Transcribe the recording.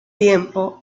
tiempo